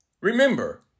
Remember